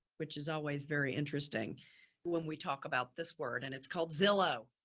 which is always very interesting when we talk about this word and it's called zillow.